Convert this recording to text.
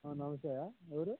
నమస్తే అయ్యా ఎవరు